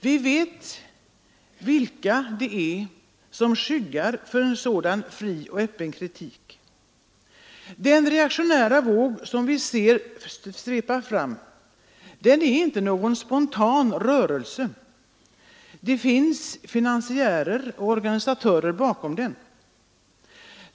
Vi vet vilka det är som skyggar för en sådan fri och öppen kritik. Den reaktionära våg som vi ser svepa fram är inte någon spontan rörelse; det finns finansiärer och organisatörer bakom den.